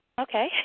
Okay